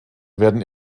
werden